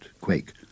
quake